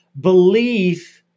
belief